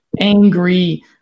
angry